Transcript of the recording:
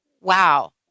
Wow